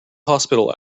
hospital